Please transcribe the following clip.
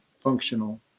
functional